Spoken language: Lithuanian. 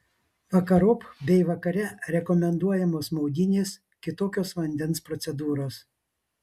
vakarop bei vakare rekomenduojamos maudynės kitokios vandens procedūros